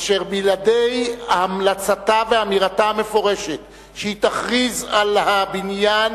אשר בלעדי המלצתה ואמירתה המפורשת שהיא תכריז על הבניין